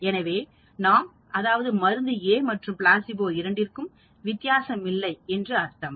எனவே நாம் அதாவது மருந்து A மற்றும் பிளாசிபோ இரண்டிற்கும் வித்தியாசமில்லை என்று அர்த்தம்